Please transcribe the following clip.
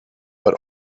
but